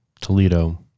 Toledo